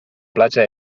platja